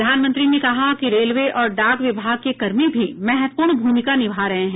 प्रधानमंत्री ने कहा कि रेलवे और डाक विभाग के कर्मी भी महत्वपूर्ण भूमिका निभा रहे हैं